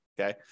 okay